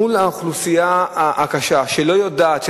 מול האוכלוסייה הקשה, שלא יודעת.